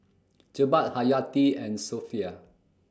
Jebat Haryati and Sofea